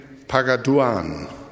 Pagaduan